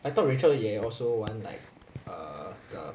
I thought rachel 也 also want like uh the